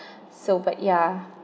so but ya